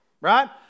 right